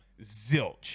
Zilch